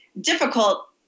difficult